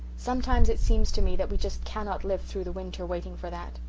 sometimes it seems to me that we just cannot live through the winter waiting for that.